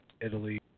Italy